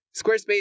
Squarespace